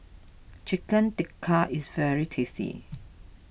Chicken Tikka is very tasty